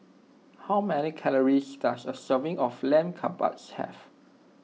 how many calories does a serving of Lamb Kebabs have